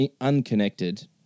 unconnected